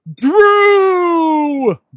Drew